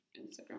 Instagram